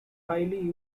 highly